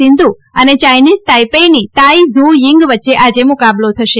સિંધુ અને ચાઇનીઝ તાઇપાઈની Tai Tzu Ying વચ્ચે આજે મુકાબલો થશે